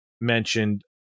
mentioned